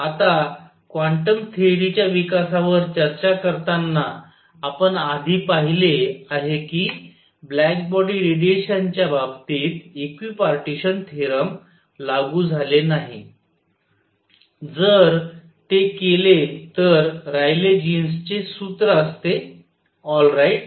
आता क्वांटम थेअरीच्या विकासावर चर्चा करताना आपण आधी पाहिले आहे की ब्लॅक बॉडी रेडिएशनच्या बाबतीत इक्विपार्टीशन थेरॉम लागू झाले नाही जर ते केले तर रायले जीन्स चे सूत्र असते ऑल राईट